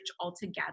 altogether